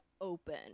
open